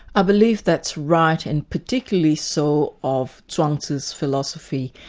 i believe that's right and particularly so of chuang tzu's philosophy.